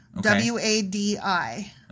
W-A-D-I